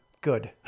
good